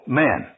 men